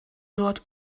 dort